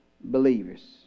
believers